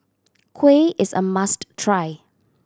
kuih is a must try